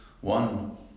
one